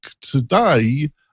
today